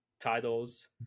titles